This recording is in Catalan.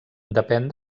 depèn